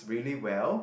really well